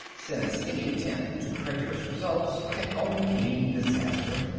since any attempt to prejudge results can only mean disaster.